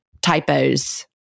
Typos